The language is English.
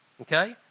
Okay